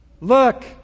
Look